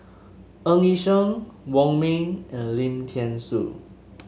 Ng Yi Sheng Wong Ming and Lim Thean Soo